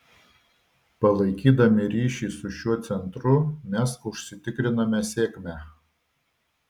palaikydami ryšį su šiuo centru mes užsitikriname sėkmę